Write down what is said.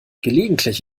gelegentlich